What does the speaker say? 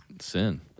Sin